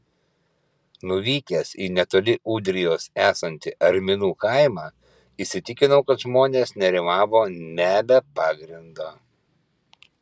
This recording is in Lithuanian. nuvykęs į netoli ūdrijos esantį arminų kaimą įsitikinau kad žmonės nerimavo ne be pagrindo